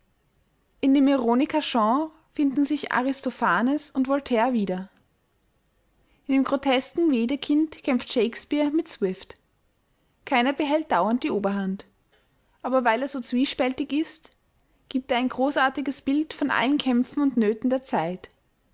in dem ironiker shaw finden sich aristophanes und voltaire wieder in dem grotesken wedekind kämpft shakespeare mit swift keiner behält dauernd die oberhand aber weil er so zwiespältig ist gibt er ein großartiges bild von allen kämpfen und nöten der zeit